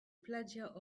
paglia